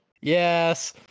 Yes